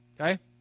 Okay